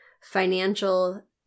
financial